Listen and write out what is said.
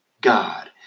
God